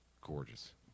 gorgeous